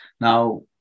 Now